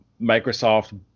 microsoft